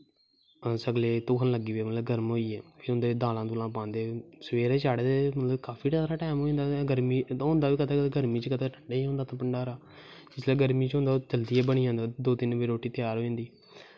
सगले धुखन लगी पे गर्म होईये फ्ही उंदे च दालां दूलां पांदे सवेरे चाढ़े दे काफी सारा टैम होंदा गर्म ते ठंडा होंदा पलारा इसलै गर्मियें च दो त्रै बज़े रुट्टी तैयार होई जंदी